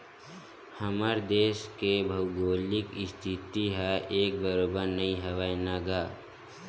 हमर देस के भउगोलिक इस्थिति ह एके बरोबर नइ हवय न गा